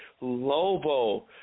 Lobo